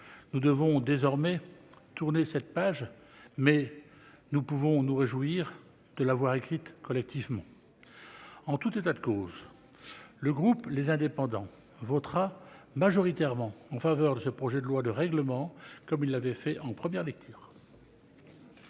Nous devons tourner cette page, mais nous pouvons nous réjouir de l'avoir écrite collectivement. En tout état de cause, le groupe Les Indépendants-République et Territoires votera majoritairement en faveur de ce projet de loi de règlement, comme il l'avait fait en première lecture.